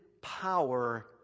power